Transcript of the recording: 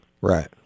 Right